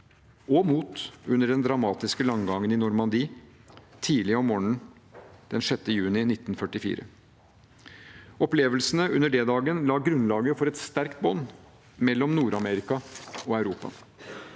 mot under den dramatiske landgangen i Normandie tidlig om morgenen den 6. juni 1944. Opplevelsene under D-dagen la grunnlaget for et sterkt bånd mellom Nord-Amerika og Europa.